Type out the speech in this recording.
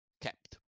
kept